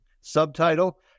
Subtitle